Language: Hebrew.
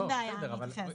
אין בעיה, אני אתייחס.